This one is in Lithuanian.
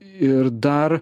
ir dar